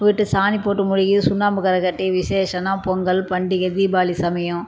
வீட்டை சாணி போட்டு மொழுகி சுண்ணாம்பு கரைகட்டி விசேஷன்னா பொங்கல் பண்டிகை தீபாவளி சமயம்